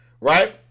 Right